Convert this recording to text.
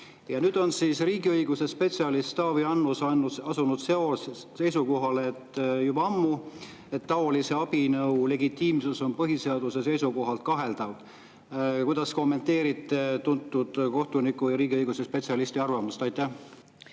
Ja nüüd on riigiõiguse spetsialist Taavi Annus juba ammu asunud seisukohale, et taolise abinõu legitiimsus on põhiseaduse seisukohalt kaheldav. Kuidas kommenteerite tuntud kohtuniku ja riigiõiguse spetsialisti arvamust? Aitäh,